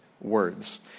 words